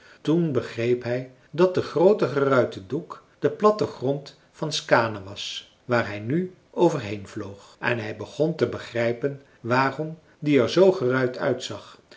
toen begreep hij dat de groote geruite doek de platte grond van skaane was waar hij nu over heen vloog en hij begon te begrijpen waarom die er zoo geruit uitzag